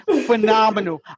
phenomenal